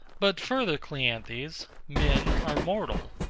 but further, cleanthes men are mortal,